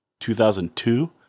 2002